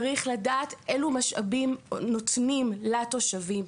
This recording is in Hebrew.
צריך לדעת אילו משאבים נותנים לתושבים.